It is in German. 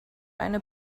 eine